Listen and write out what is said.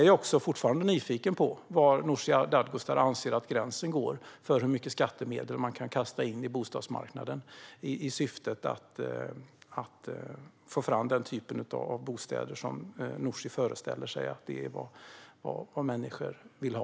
Jag är fortfarande nyfiken på var Nooshi Dadgostar anser att gränsen går för hur mycket skattemedel man kan kasta in i bostadsmarknaden i syfte att få fram den typ av bostäder som Nooshi föreställer sig att människor vill ha.